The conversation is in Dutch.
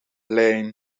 daarom